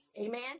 Amen